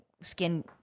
skin